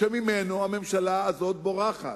שממנו הממשלה הזאת בורחת,